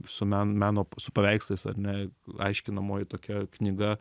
su men meno su paveikslais ar ne aiškinamoji tokia knyga